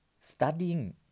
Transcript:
studying